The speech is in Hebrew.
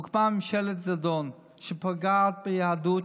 הוקמה ממשלת זדון שפוגעת ביהדות,